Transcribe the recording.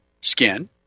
skin